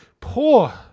poor